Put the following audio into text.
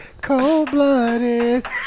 cold-blooded